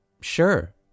Sure